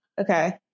Okay